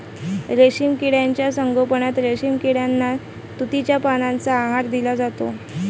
रेशीम किड्यांच्या संगोपनात रेशीम किड्यांना तुतीच्या पानांचा आहार दिला जातो